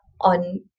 on